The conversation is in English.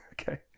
Okay